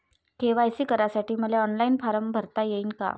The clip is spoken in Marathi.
के.वाय.सी करासाठी मले ऑनलाईन फारम भरता येईन का?